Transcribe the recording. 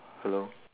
hello